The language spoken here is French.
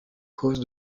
cause